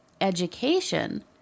education